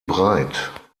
breit